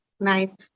Nice